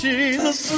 Jesus